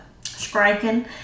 striking